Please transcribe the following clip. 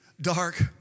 dark